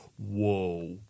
Whoa